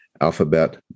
alphabet